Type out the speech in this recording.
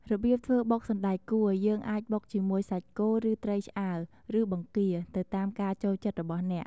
របៀបធ្វើបុកសណ្ដែកគួរ យើងអាចបុកជាមួយ សាច់គោ ឬ ត្រីឆ្អើរ ឬ បង្គា ទៅតាមការចូលចិត្តរបស់អ្នក។